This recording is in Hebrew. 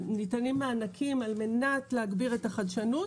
ניתנים מענקים על מנת להגביר את החדשנות.